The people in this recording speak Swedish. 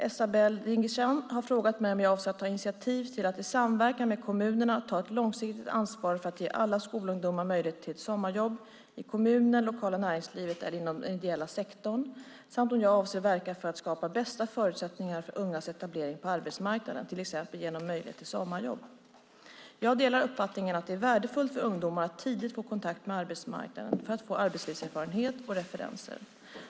Esabelle Dingizian har frågat mig om jag avser att ta initiativ till att i samverkan med kommunerna ta ett långsiktigt ansvar för att ge alla skolungdomar möjlighet till ett sommarjobb i kommunen, det lokala näringslivet eller inom den ideella sektorn samt om jag avser att verka för att skapa bästa förutsättningar för ungas etablering på arbetsmarknaden, till exempel genom möjlighet till sommarjobb. Jag delar uppfattningen att det är värdefullt för ungdomar att tidigt få kontakt med arbetsmarknaden för att få arbetslivserfarenhet och referenser.